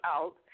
out